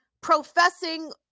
professing